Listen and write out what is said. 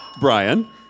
Brian